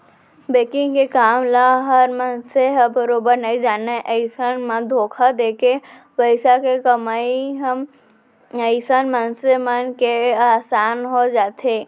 banking के काम ल हर मनसे ह बरोबर नइ जानय अइसन म धोखा देके पइसा के कमई ह अइसन मनसे मन ले असान हो जाथे